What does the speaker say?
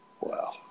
Wow